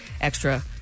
extra